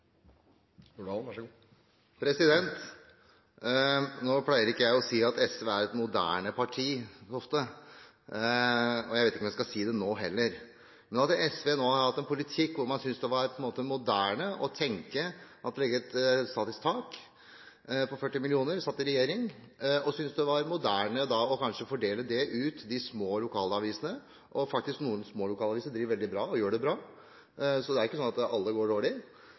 pleier ikke så ofte å si at SV er et moderne parti, og jeg vet ikke om jeg skal si det nå heller. Men SV har nå hatt en politikk hvor man syntes det var moderne å tenke at man skulle legge et statisk tak på 40 mill. kr – da de satt i regjering – og man syntes det kanskje var moderne å fordele ut til de små lokalavisene. Noen små lokalaviser gjør det bra, så det er ikke slik at alle går dårlig.